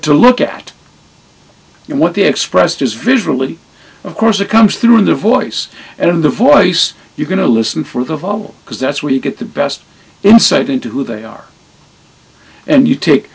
to look at what they expressed as visually of course it comes through in the voice and in the voice you're going to listen for the volume because that's where you get the best insight into who they are and you take